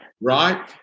Right